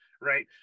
right